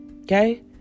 Okay